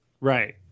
Right